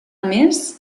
més